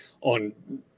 on